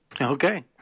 Okay